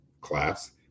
class